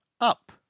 Up